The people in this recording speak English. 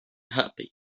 happy